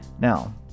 Now